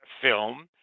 film